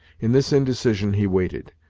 in this indecision he waited,